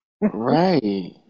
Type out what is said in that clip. Right